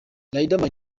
riderman